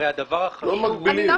הרי הדבר החשוב --- לא מגבילים.